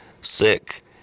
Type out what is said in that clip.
sick